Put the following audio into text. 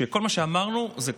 שכל מה שאמרנו קורה.